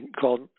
called